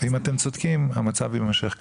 אם אתם צודקים, המצב יימשך ככה.